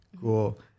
Cool